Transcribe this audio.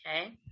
Okay